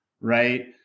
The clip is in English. right